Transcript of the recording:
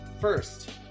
First